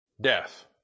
Death